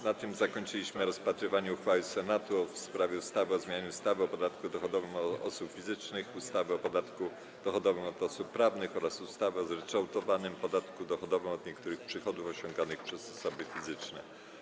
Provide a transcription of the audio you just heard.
Na tym zakończyliśmy rozpatrywanie uchwały Senatu w sprawie ustawy o zmianie ustawy o podatku dochodowym od osób fizycznych, ustawy o podatku dochodowym od osób prawnych oraz ustawy o zryczałtowanym podatku dochodowym od niektórych przychodów osiąganych przez osoby fizyczne.